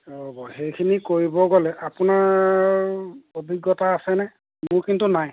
ৰ'ব সেইখিনি কৰিব গ'লে আপোনাৰ অভিজ্ঞতা আছেনে মোৰ কিন্তু নাই